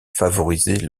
favoriser